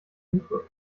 hufe